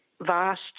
vast